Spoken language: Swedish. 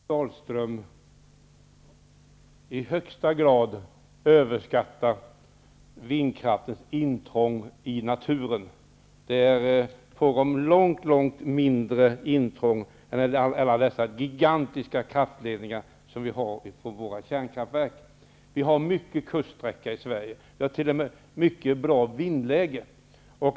Herr talman! Jag tror att Bengt Dalström i högsta grad överskattar vindkraftens intrång i naturen. Det är fråga om långt långt mindre intrång än alla dessa gigantiska kraftledningar som vi har från våra kärnkraftverk. Vi har långa kuststräckor i Sverige, vi har t.o.m. mycket bra vindlägen.